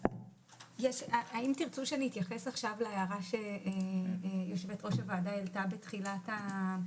האם תרצו שנתייחס עכשיו להערה שיושבת-ראש הוועדה העלתה בתחילת הדיון?